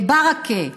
ברכה,